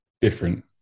different